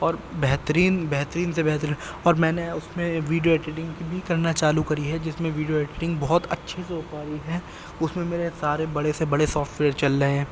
اور بہترین بہترین سے بہترین اور میں نے اس میں ویڈیو ایڈیٹنگ بھی کرنا چالو کری ہے جس میں ویڈیو ایڈیٹنگ بہت اچھے سے ہو پا رہی ہیں اس میں میرے سارے بڑے سے بڑے سافٹویئر چل رہے ہیں